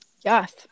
Yes